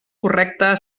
correcte